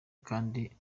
kandi